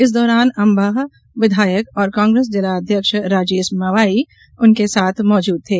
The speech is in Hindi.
इस दौरान अम्बाह विधायक और कांग्रेस जिला अध्यक्ष राजेश मावई उनके साथ मौजूद थे